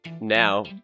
now